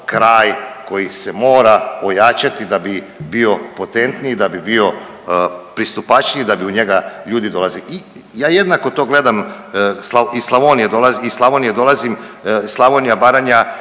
kraj koji se mora ojačati da bi bio potentniji, da bi bio pristupačniji, da bi u njega ljudi dolazili. I ja jednako to gledam, iz Slavonije dolazim, iz Slavonije dolazim,